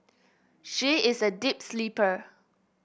she is a deep sleeper